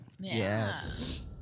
Yes